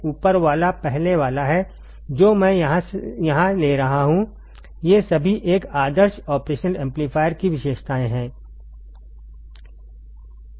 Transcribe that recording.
ऊपर वाला पहले वाला है जो मैं यहां ले रहा हूं ये सभी एक आदर्श ऑपरेशनल एम्पलीफायर की विशेषताएं है